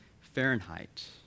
Fahrenheit